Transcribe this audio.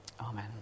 Amen